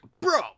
Bro